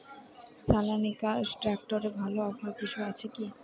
সনালিকা ট্রাক্টরে ভালো অফার কিছু আছে কি?